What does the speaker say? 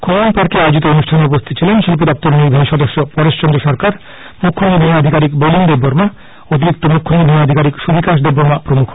খুমুলুং পার্কে আয়োজিত অনুষ্ঠানে উপস্হিত ছিলেন শিল্প দপ্তরের নির্বাহী সদস্য প্রেস চন্দ্র সরকার মুখ্য নির্বাহী আধিকারিক বলীন দেববর্মা অতিরিক্ত মুখ্য নির্বাহী আধিকারিক সুবিকাশ দেববর্মা প্রমুখ